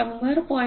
100